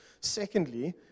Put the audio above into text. Secondly